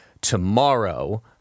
tomorrow